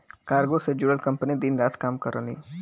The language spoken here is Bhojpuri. कार्गो से जुड़ल कंपनी दिन रात काम करलीन